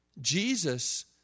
Jesus